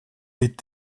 est